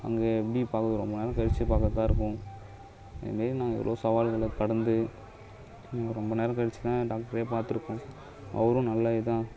அங்கே எப்படி பார்க்குறோம் ரொம்ப நேரம் கழிச்சு பார்க்குறத்தா இருக்கும் இதையும் நாங்கள் எவ்வளவோ சவால்களை கடந்து நாங்கள் ரொம்ப நேரம் கழிச்சு தான் டாக்டரே பார்த்துருக்கோம் அவரும் நல்லது தான்